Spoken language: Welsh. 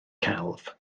celf